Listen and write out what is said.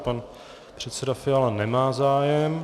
Pan předseda Fiala nemá zájem.